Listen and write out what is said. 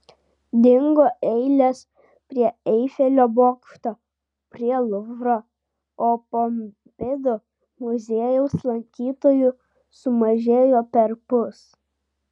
dingo eilės prie eifelio bokšto prie luvro o pompidu muziejaus lankytojų sumažėjo perpus